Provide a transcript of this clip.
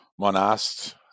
monast